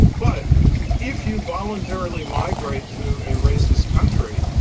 but if you voluntarily migrate to a racist country,